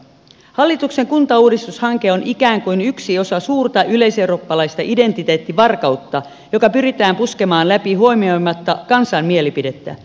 hallituksen kuntauudistushanke on ikään kuin yksi osa suurta yleiseurooppalaista identiteettivarkautta joka pyritään puskemaan läpi huomioimatta kansan mielipidettä